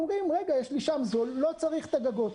הם אומרים: רגע, יש לי שם זול, לא צריך את הגגות.